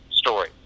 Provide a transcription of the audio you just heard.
story